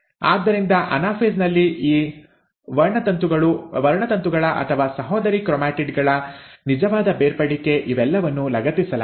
ಆದ್ದರಿಂದ ಅನಾಫೇಸ್ ನಲ್ಲಿ ಈ ವರ್ಣತಂತುಗಳ ಅಥವಾ ಸಹೋದರಿ ಕ್ರೊಮ್ಯಾಟಿಡ್ ಗಳ ನಿಜವಾದ ಬೇರ್ಪಡಿಕೆ ಇವೆಲ್ಲವನ್ನೂ ಲಗತ್ತಿಸಲಾಗಿದೆ